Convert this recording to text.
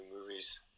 movies